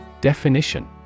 Definition